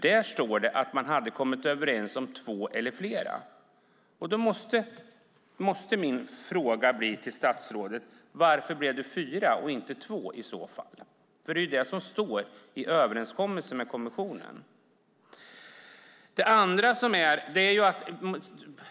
Där står att man hade kommit överens om två eller flera. Min fråga till statsrådet blir då: Varför blev det fyra och inte två som det står i överenskommelsen med kommissionen?